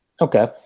Okay